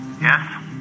Yes